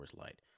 Light